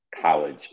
college